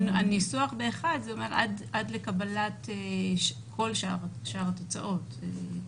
הניסוח ב-1 אומר עד לקבלת כל שאר התוצאות.